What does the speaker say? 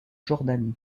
jordanie